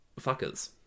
fuckers